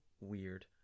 weird